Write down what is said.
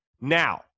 Now